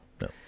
no